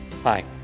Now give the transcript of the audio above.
Hi